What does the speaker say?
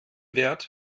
wert